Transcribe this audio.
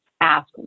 ask